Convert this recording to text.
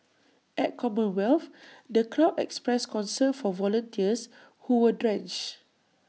at commonwealth the crowd expressed concern for volunteers who were drenched